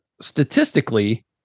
statistically